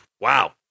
wow